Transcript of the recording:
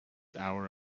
hour